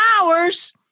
hours